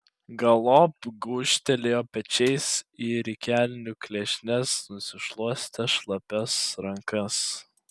galop gūžtelėjo pečiais ir į kelnių klešnes nusišluostė šlapias rankas